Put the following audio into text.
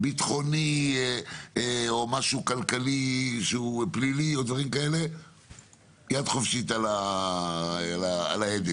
ביטחוני או משהו כלכלי שהוא פלילי יד חופשית על ההדק,